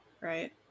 Right